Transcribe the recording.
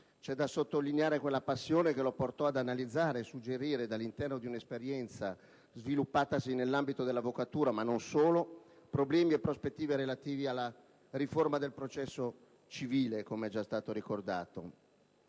c'è da sottolineare quella passione che lo portò ad analizzare e suggerire, dall'interno di un'esperienza sviluppatasi nell'ambito dell'avvocatura ma non solo, problemi e prospettive relativi alla riforma del processo civile, come è stato già ricordato.